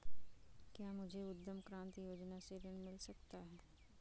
क्या मुझे उद्यम क्रांति योजना से ऋण मिल सकता है?